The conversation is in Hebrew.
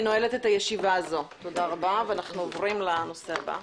אני נועלת את הישיבה הזו ואנחנו עוברים לנושא הבא.